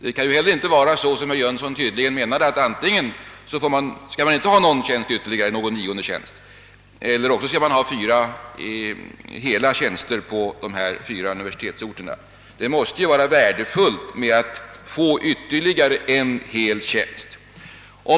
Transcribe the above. Inte heller kan man säga så, som herr Jönsson i Arlöv tydligen menade, att antingen skall man inte ha någon ytterligare nionde tjänst eller också fyra hela tjänster på universitetsorterna. Det måste dock vara värdefullt att få ytterligare en hel tjänst.